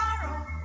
tomorrow